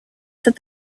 that